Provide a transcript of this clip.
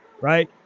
right